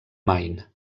maine